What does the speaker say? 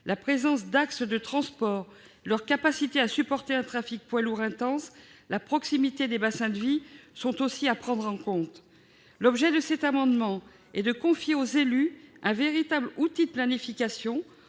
La présence d'axes de transport, leur capacité à supporter un trafic de poids lourds intense, la proximité des bassins de vie sont aussi à prendre en compte. Cet amendement vise à confier aux élus un véritable outil de planification